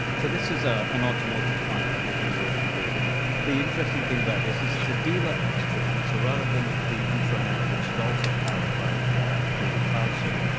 so this is ah an automotive client that we've been working with. and the interesting thing about this is it's a dealer extranet. so rather than the intranet, which is also powered by google cloud search,